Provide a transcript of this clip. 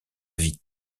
vie